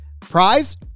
prize